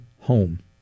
home